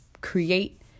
create